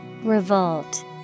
Revolt